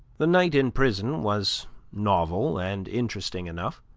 the night in prison was novel and interesting enough.